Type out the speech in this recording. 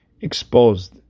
exposed